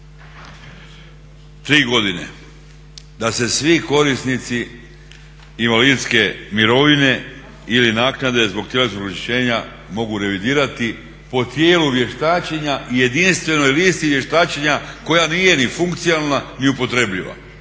Tri godine da se svi korisnici invalidske mirovine ili naknade zbog tjelesnog oštećenja mogu revidirati po tijelu vještačenja jedinstvenoj listi vještačenja koja nije ni funkcionalna ni upotrebljiva,